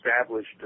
established